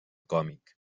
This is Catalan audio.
còmic